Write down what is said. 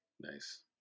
Nice